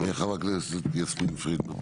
חברת הכנסת יסמין פרידמן.